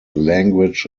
language